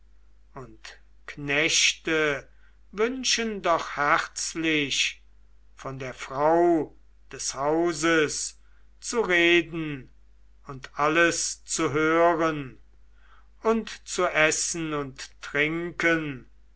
und knechte wünschen doch herzlich vor der frau des hauses zu reden und alles zu hören und zu essen und trinken